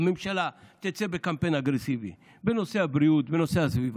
הממשלה תצא בקמפיין אגרסיבי בנושא הבריאות ובנושא הסביבה.